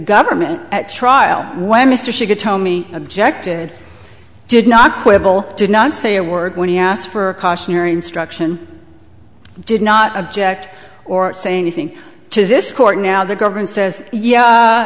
government at trial when mr she had told me objected did not quibble did not say a word when he asked for a cautionary instruction did not object or saying anything to this court now the government says yeah